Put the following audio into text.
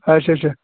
اَچھا اَچھا